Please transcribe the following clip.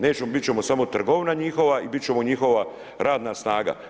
Nećemo bit ćemo samo trgovina njihova i bit ćemo njihova radna snaga.